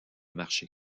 marché